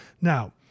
Now